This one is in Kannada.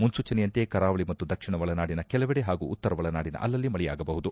ಮುನ್ಲೂಚನೆಯಂತೆ ಕರಾವಳಿ ಮತ್ತು ದಕ್ಷಿಣ ಒಳನಾಡಿನ ಕೆಲವೆಡೆ ಹಾಗೂ ಉತ್ತರ ಒಳನಾಡಿನ ಅಲ್ಲಲ್ಲಿ ಮಳೆಯಾಗಬಹುದು